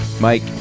Mike